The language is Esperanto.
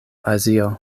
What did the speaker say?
azio